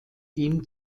ihm